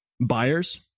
buyers